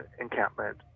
encampment